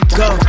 go